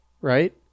right